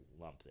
lump